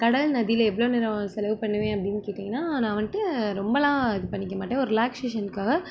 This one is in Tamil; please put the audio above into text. கடல் நதியில எவ்வளோ நேரம் செலவு பண்ணுவேன் அப்படின்னு கேட்டிங்கன்னா நான் வந்துட்டு ரொம்பலாம் இது பண்ணிக்க மாட்டேன் ஒரு ரிலாக்ஸேஷன்க்காக